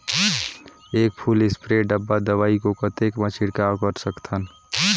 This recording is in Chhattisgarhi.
एक फुल स्प्रे डब्बा दवाई को कतेक म छिड़काव कर सकथन?